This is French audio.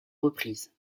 reprise